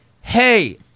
hey